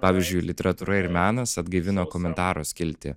pavyzdžiui literatūra ir menas atgaivino komentaro skiltį